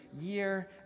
year